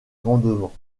rendements